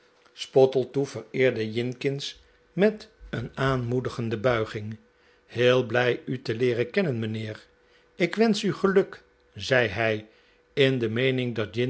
spottletoe vereerde jinkins met een aanmoedigende buiging heel blij u te leeren kennen mijnheer ik wensch u geluk zei hij in de meening dat